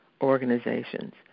organizations